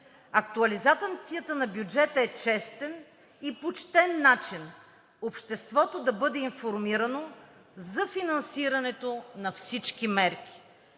Актуализацията на бюджета е честен и почтен начин обществото да бъде информирано за финансирането на всички мерки.